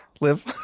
live